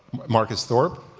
marcus thorpe